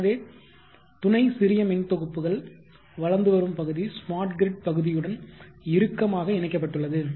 எனவே துணை சிறியமின்தொகுப்புகள் வளர்ந்து வரும் பகுதி ஸ்மார்ட் கிரிட் பகுதியுடன் இறுக்கமாக இணைக்கப்பட்டுள்ளது